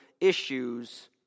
issues